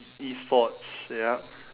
e-sports yup